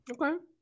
Okay